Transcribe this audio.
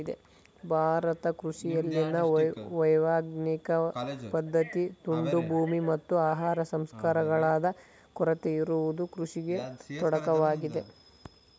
ಭಾರತ ಕೃಷಿಯಲ್ಲಿನ ಅವೈಜ್ಞಾನಿಕ ಪದ್ಧತಿ, ತುಂಡು ಭೂಮಿ, ಮತ್ತು ಆಹಾರ ಸಂಸ್ಕರಣಾದ ಕೊರತೆ ಇರುವುದು ಕೃಷಿಗೆ ತೊಡಕಾಗಿದೆ